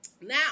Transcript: Now